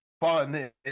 fun